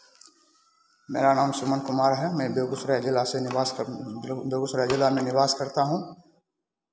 मेरा नाम सुमन कुमार है मैं बेगूसराय जिला से निवास बेगू बेगूसराय जिला में निवास करता हूँ